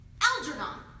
Algernon